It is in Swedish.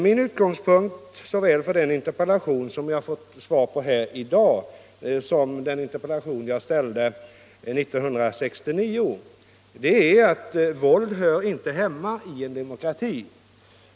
Min utgångspunkt — såväl för den interpellation jag fått svar på här i dag som för den interpellation jag ställde 1969 — är att våld inte hör hemma i en demokrati.